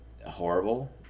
horrible